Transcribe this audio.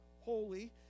holy